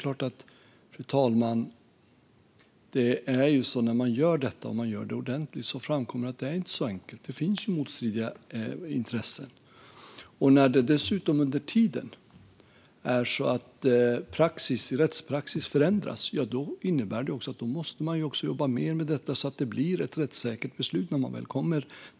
Fru talman! När man gör detta ordentligt framkommer det att det inte är så enkelt. Det finns motstridiga intressen. När det dessutom är så att rättspraxis förändras under tiden innebär det att man måste jobba mer med detta, så att det blir ett rättssäkert beslut när det väl fattas.